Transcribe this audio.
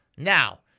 Now